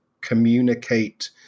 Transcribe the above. communicate